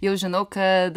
jau žinau kad